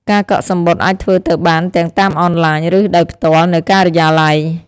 ការកក់សំបុត្រអាចធ្វើទៅបានទាំងតាមអនឡាញឬដោយផ្ទាល់នៅការិយាល័យ។